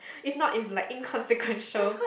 if not is like inconsequential